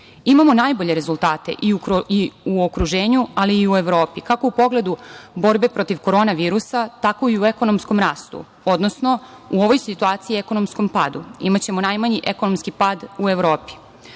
Imamo najbolje rezultate i u okruženju, ali i u Evropi kako u pogledu borbe protiv korona virusa, tako i u ekonomskom rastu, odnosno u ovoj situaciji ekonomskom padu imaćemo najmanji ekonomski pad u Evropi. Sve